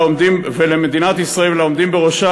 ולמדינת ישראל ולעומדים בראשה,